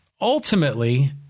Ultimately